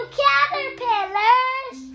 caterpillars